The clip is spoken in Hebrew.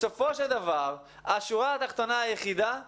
בסופו של דבר, השורה התחתונה היחידה היא